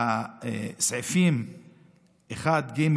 הסעיפים 1ג,